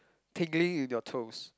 tingling in your toes